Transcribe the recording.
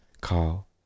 call